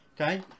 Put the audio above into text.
Okay